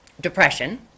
Depression